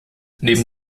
neben